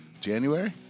January